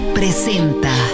presenta